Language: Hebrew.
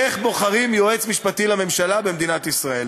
איך בוחרים יועץ משפטי לממשלה במדינת ישראל.